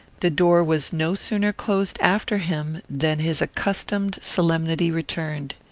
the door was no sooner closed after him than his accustomed solemnity returned.